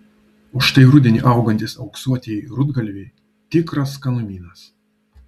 o štai rudenį augantys auksuotieji rudgalviai tikras skanumynas